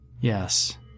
Yes